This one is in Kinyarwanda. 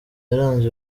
yaranze